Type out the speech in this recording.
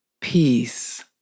peace